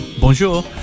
Bonjour